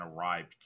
arrived